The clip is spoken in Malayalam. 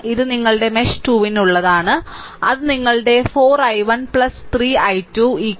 ഇത് നിങ്ങളുടെ മെഷ് 2 നുള്ളതാണ് അത് നിങ്ങളുടെ 4 i1 3 i2 2